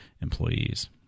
employees